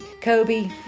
Kobe